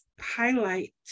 highlight